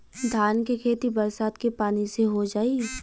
धान के खेती बरसात के पानी से हो जाई?